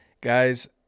guys